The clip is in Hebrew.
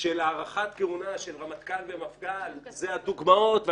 של הארכת כהונה של רמטכ"ל ומפכ"ל אלה הדוגמאות הכי גרועות,